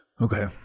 Okay